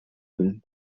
fırın